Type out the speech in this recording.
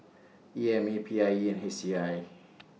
E M A P I E H C I